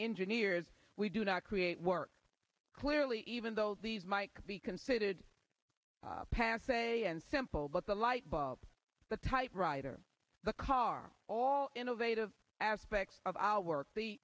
engineers we do not create work clearly even though these might be considered passe and simple but the light bulb the typewriter the car all innovative aspects of our